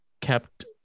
kept